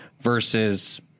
versus